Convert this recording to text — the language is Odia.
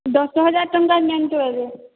ଦଶ ହଜାର ଟଙ୍କା ନିଅନ୍ତୁ ଏବେ